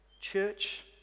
church